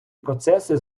процеси